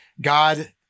God